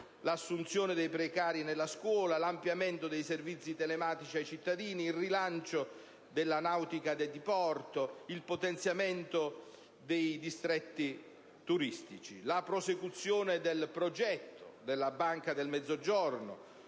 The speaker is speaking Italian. l'assunzione dei precari nella scuola; l'ampliamento dei servizi telematici ai cittadini; il rilancio della nautica da diporto; il potenziamento dei distretti turistici; la prosecuzione del progetto della Banca del Mezzogiorno,